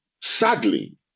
Sadly